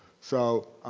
so